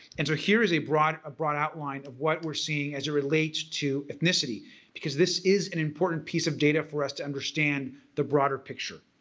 and so here is a broad ah broad outline of what we're seeing as it relates to ethnicity because this is an important piece of data for us to understand the broader picture.